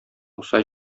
муса